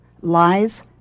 lies